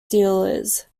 dealers